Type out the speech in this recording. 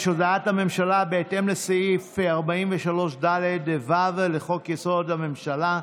הודעת הממשלה בהתאם לסעיף 43ד(ו) לחוק-יסוד: הממשלה,